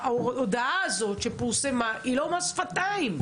ההודעה הזאת שפורסמה היא לא מס שפתיים.